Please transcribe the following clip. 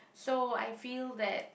so I feel that